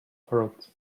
fruits